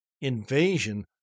invasion